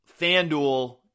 FanDuel